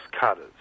cutters